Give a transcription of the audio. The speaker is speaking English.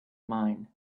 mine